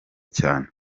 cyane